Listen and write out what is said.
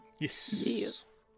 Yes